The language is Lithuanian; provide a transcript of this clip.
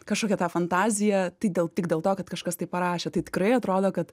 kažkokią tą fantaziją tai gal tik dėl to kad kažkas taip parašė tai tikrai atrodo kad